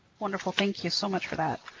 wonderful. thank you so much for that.